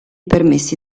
permessi